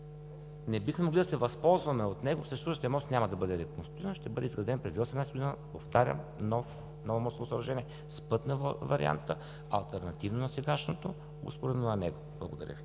не бихме могли да се възползваме от него. Съществуващият мост няма да бъде реконструиран, ще бъде изграден през 2018 г., повтарям, ново мостово съоръжение с път на варианта алтернативен на сегашния, успоредно на него. Благодаря Ви.